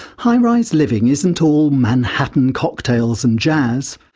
high-rise living isn't all manhattan cocktails and jazz.